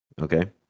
Okay